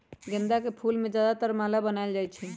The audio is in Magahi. गेंदा के फूल से ज्यादातर माला बनाएल जाई छई